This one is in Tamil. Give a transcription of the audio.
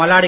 மல்லாடி